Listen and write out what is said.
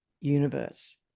universe